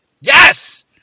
Yes